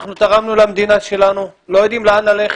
אנחנו תרמנו למדינה שלנו, לא יודעים לאן ללכת.